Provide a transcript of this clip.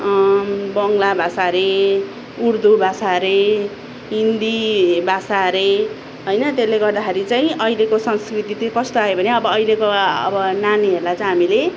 बङ्ला भाषा हरे उर्दू भाषा हरे हिन्दी भाषा हरे होइन त्यसले गर्दाखरि चाहिँ अहिलेको संस्कृति चाहिँ कस्तो आयो भने अब अहिलेको अब नानीहरूलाई चाहिँ हामीले